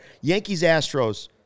Yankees-Astros